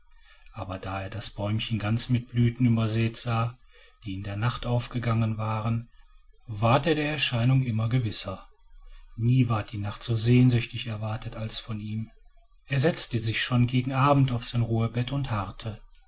aber da er das bäumchen ganz mit blüten übersät sah die in der nacht aufgegangen waren ward er der erscheinung immer gewisser nie ward die nacht so sehnsüchtig erwartet als von ihm er setzte sich schon gegen abend auf sein ruhebett und harrte